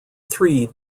three